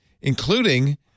including